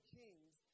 kings